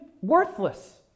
worthless